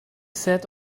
sat